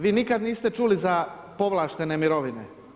Vi nikad niste čuli za povlaštene mirovine?